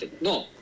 no